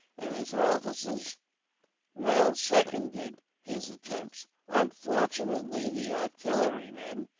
and his officers well seconded his attempts. unfortunately the artillerymen,